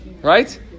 Right